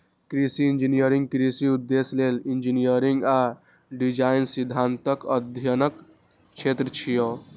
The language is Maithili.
कृषि इंजीनियरिंग कृषि उद्देश्य लेल इंजीनियरिंग आ डिजाइन सिद्धांतक अध्ययनक क्षेत्र छियै